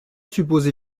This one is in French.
suppose